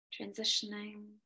transitioning